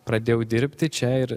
pradėjau dirbti čia ir